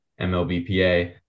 MLBPA